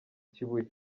kibuye